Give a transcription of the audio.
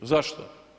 Zašto?